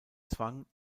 zwang